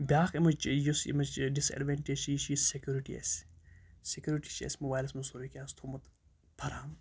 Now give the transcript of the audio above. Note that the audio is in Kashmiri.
بیٛاکھ اَمِچ یُس اَمِچ یہِ ڈِس اٮ۪ڈوٮ۪نٹیج چھِ یہِ چھِ یہِ سٮ۪کیُرِٹی اَسہِ سٮ۪کیُرِٹی چھِ اَسہِ موبایلَس منٛز سورُے کیٚنٛہہ آز تھوٚمُت فَرہَم